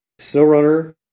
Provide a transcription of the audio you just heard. Snowrunner